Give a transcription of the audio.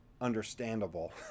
understandable